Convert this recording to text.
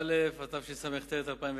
15), התשס"ט 2009,